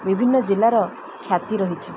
ବିଭିନ୍ନ ଜିଲ୍ଲାର ଖ୍ୟାତି ରହିଛି